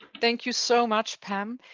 thank you so much, pam.